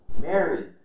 Mary